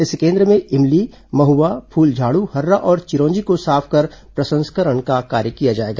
इस केन्द्र में इमली महुआ फूल झाड़ू हर्रा और चिरौंजी को साफ कर प्रसंस्करण का कार्य किया जाएगा